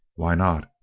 why not?